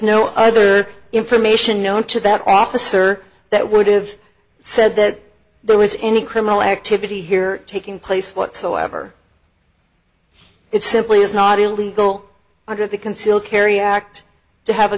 no other information known to that officer that would have said that there was any criminal activity here taking place whatsoever it simply is not illegal under the concealed carry act to have a